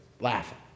laughing